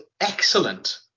excellent